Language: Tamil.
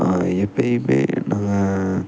எப்பையுமே நாங்கள்